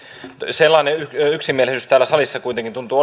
sellainen yksimielisyys täällä salissa kuitenkin tuntuu